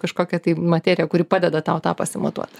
kažkokią tai materiją kuri padeda tau tą pasimatuot